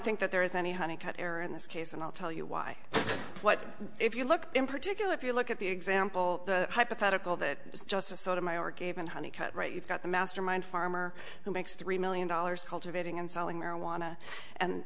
think that there is any kind of cut error in this case and i'll tell you why what if you look in particular if you look at the example the hypothetical that was just a sort of my or gave an honey cut right you've got the mastermind farmer who makes three million dollars cultivating and selling marijuana and